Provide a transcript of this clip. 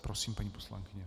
Prosím, paní poslankyně.